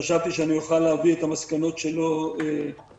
חשבתי שאני אוכל להביא את המסקנות שלו לוועדה.